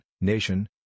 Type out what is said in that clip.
nation